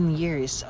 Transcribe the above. years